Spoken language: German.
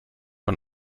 man